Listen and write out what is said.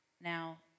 Now